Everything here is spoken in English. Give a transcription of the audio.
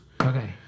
Okay